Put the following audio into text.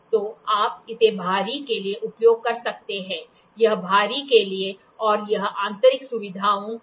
तो आप इसे बाहरी के लिए उपयोग कर सकते हैं यह बाहरी के लिए है और यह आंतरिक सुविधाओं के लिए है